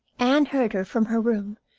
anne heard her from her room,